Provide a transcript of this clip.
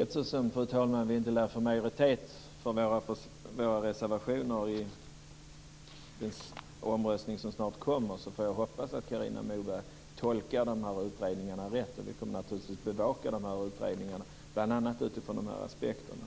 Fru talman! Eftersom vi ändå inte lär få majoritet för våra reservationer i den omröstning som snart kommer, hoppas jag att Carina Moberg tolkar utredningarna rätt. Vi kommer naturligtvis att bevaka utredningarna, bl.a. utifrån de här aspekterna.